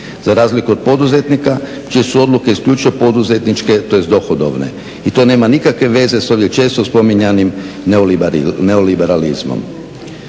za razliku od poduzetnika čije su odluke isključivo poduzetničke, tj. dohodovne i to nema nikakve veze sa ovdje često spominjanim neoliberalizmom.